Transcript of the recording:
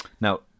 now